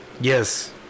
yes